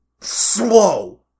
slow